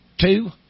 two